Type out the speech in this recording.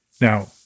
Now